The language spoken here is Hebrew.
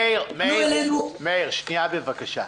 מאיר, שנייה בבקשה.